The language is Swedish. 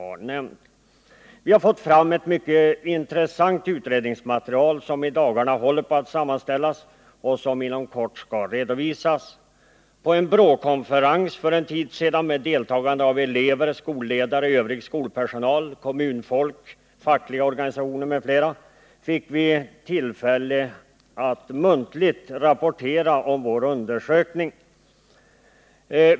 Vi har fått fram ett mycket intressant utredningsmaterial, som i dagarna håller på att sammanställas och som inom kort skall redovisas. På en BRÅ-konferens för en tid sedan med deltagande av elever, skolledare, övrig skolpersonal, kommunfolk, fackliga organisationer m.fl. fick vi tillfälle att muntligt rapportera om vår undersökning.